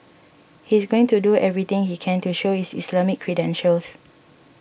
he is going to do everything he can to show his Islamic credentials